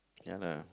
ya lah